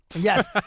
Yes